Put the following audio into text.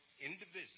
indivisible